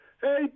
Hey